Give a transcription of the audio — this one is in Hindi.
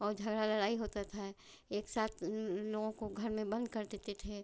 और झगड़ा लड़ाई होता था एक साथ उन लोगों को घर में बंद कर देते थे